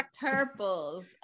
purples